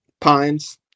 pines